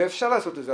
ואפשר לעשות את זה,